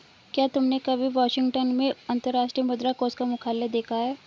क्या तुमने कभी वाशिंगटन में अंतर्राष्ट्रीय मुद्रा कोष का मुख्यालय देखा है?